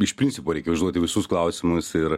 iš principo reikia užduoti visus klausimus ir